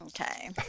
Okay